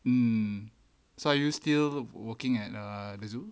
mm so are you still working at uh the zoo